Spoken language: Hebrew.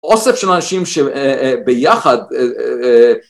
אוסף של אנשים שביחד